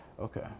Okay